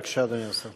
בבקשה, אדוני השר.